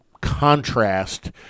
contrast